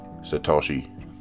Satoshi